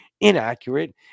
inaccurate